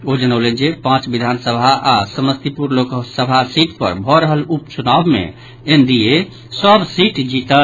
ओ जनौलनि जे पांच विधानसभा आओर समस्तीपुर लोकसभा सीट पर भऽ रहल उपचुनाव मे एनडीए सभ सीट जीतत